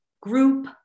group